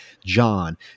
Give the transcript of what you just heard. John